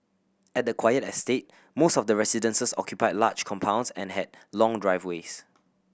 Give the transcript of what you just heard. at the quiet estate most of the residences occupied large compounds and had long driveways